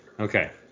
Okay